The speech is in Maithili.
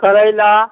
करैला